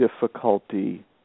difficulty